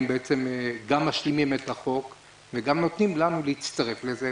הן גם משלימות את החוק וגם מאפשרות לנו להצטרף לזה.